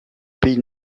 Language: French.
pays